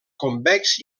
convex